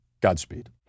Godspeed